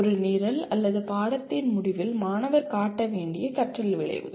ஒரு நிரல் அல்லது பாடத்தின் முடிவில் மாணவர் காட்ட வேண்டிய கற்றல் விளைவுகள்